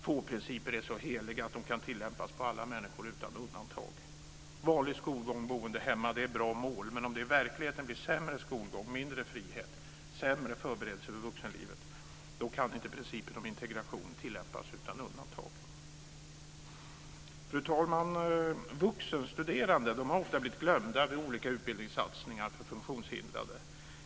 Få principer är så heliga att de kan tillämpas på alla människor utan undantag. Vanlig skolgång och boende hemma är bra mål. Men om det i verkligheten blir sämre skolgång, mindre frihet och sämre förberedelser för vuxenlivet kan inte principen om integration tillämpas utan undantag. Fru talman! Vuxenstuderande har ofta blivit glömda vid olika utbildningssatsningar för funktionshindrade.